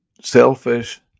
selfish